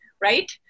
right